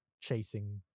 chasing